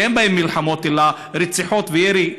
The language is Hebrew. שאין בהם מלחמות אלא רציחות וירי,